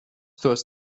tos